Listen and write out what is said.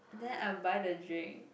then I'll buy the drink